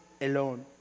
alone